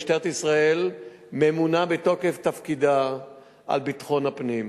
משטרת ישראל ממונה בתוקף תפקידה על ביטחון הפנים.